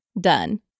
done